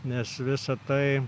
nes visa tai